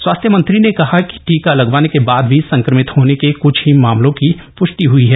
स्वास्थ्य मंत्री ने कहा कि टीका लगवाने के बाद भी संक्रमित होने के कुछ ही मामलों की पृष्टि हई है